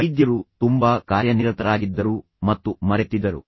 ವೈದ್ಯರು ತುಂಬಾ ಕಾರ್ಯನಿರತರಾಗಿದ್ದರು ಮತ್ತು ಮರೆತಿದ್ದರು